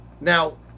Now